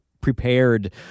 prepared